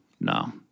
no